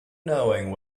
knowing